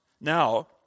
Now